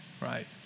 Right